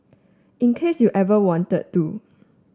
in case you ever wanted to